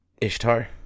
Ishtar